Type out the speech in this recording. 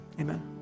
Amen